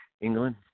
England